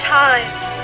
times